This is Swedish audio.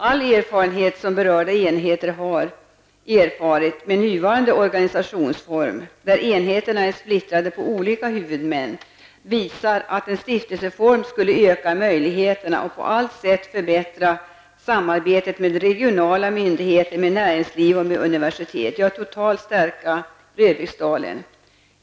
All erfarenhet som berörda enheter har med nuvarande organisationsform, där enheterna är splittrade på olika huvudmän, visar att en stiftelseform skulle öka möjligheterna och på allt sätt förbättra samarbetet med regionala myndigheter, näringsliv och universitet. Det skulle totalt stärka Röbäcksdalen.